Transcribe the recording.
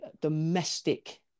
domestic